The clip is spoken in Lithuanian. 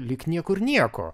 lyg niekur nieko